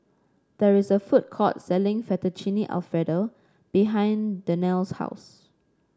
there is a food court selling Fettuccine Alfredo behind Danelle's house